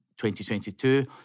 2022